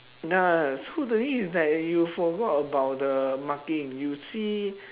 ya so the thing is that you forgot about the marking you see